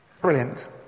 Brilliant